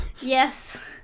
yes